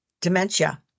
dementia